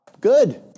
Good